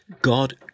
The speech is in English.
God